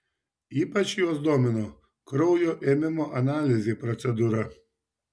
ypač juos domino kraujo ėmimo analizei procedūra